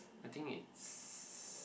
I think it's